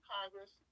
Congress